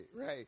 right